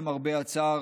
למרבה הצער,